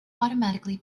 automatically